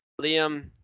Liam